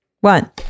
one